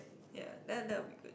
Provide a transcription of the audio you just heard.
ya that that will be good